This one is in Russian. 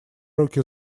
руки